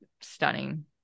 stunning